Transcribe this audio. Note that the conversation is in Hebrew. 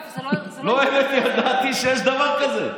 לא ידעתי שיש דבר כזה.